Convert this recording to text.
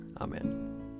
Amen